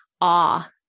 awe